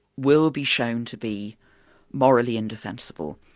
will be shown to be morally indefensible.